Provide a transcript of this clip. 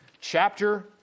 chapter